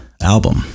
album